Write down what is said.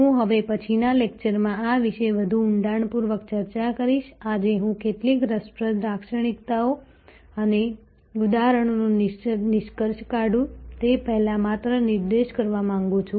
હું હવે પછીના લેક્ચરમાં આ વિશે વધુ ઊંડાણપૂર્વક ચર્ચા કરીશ આજે હું કેટલીક રસપ્રદ લાક્ષણિકતાઓ અને ઉદાહરણોનો નિષ્કર્ષ કાઢું તે પહેલાં માત્ર નિર્દેશ કરવા માંગુ છું